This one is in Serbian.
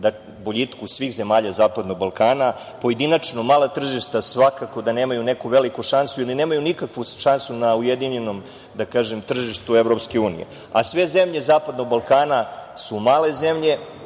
boljitku svih zemalja Zapadnog Balkana. Pojedinačno, mala tržišta svakako da nemaju neku veliku šansu ili nemaju nikakvu šansu na ujedinjenom tržištu EU, a sve zemlje Zapadnog Balkana su male zemlje